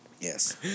Yes